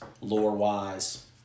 lore-wise